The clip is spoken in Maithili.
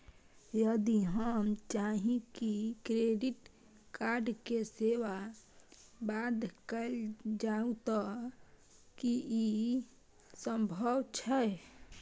यदि हम चाही की क्रेडिट कार्ड के सेवा बंद कैल जाऊ त की इ संभव छै?